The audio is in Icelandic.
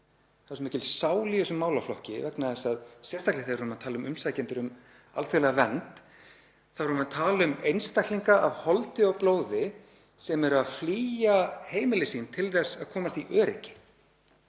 það er svo mikil sál í þessum málaflokki, vegna þess að sérstaklega þegar við erum að tala um umsækjendur um alþjóðlega vernd þá erum við að tala um einstaklinga af holdi og blóði sem eru að flýja heimili sín til þess að komast í öryggi,